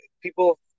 people